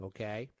Okay